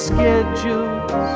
schedules